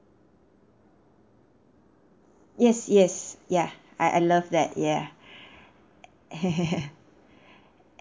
yes yes ya I I love that ya